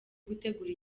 gutegura